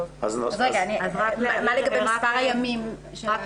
מה לגבי מספר הימים?